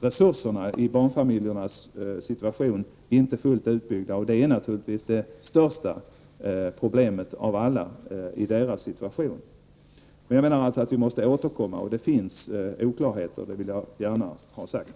resurser i barnfamiljernas situation är ännu inte fullt utbyggda och det är naturligtvis det största problemet i deras situation. Men det finns oklarheter och vi måste återkomma, det vill jag gärna ha sagt.